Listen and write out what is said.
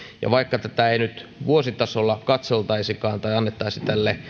ja vaikka tätä ei nyt vuositasolla katseltaisikaan tai annettaisi